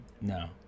No